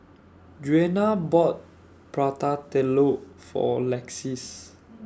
Juana bought Prata Telur For Lexis